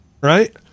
right